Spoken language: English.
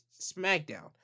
SmackDown